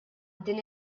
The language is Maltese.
din